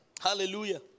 Hallelujah